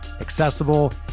accessible